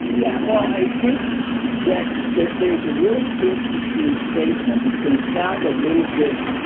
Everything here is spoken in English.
yeah. well, i think that there's there's a really interesting statement, it's going to sound a little bit